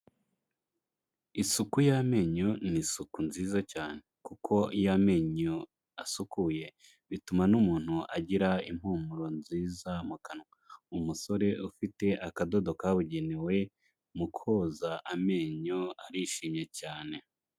Isuku y'amenyo ni isuku nziza cyane. Kuko iyo amenyo asukuye bituma n'umuntu agira impumuro nziza mu kanwa. Umusore ufite akadodo kabugenewe mu koza amenyo arishimye cyane.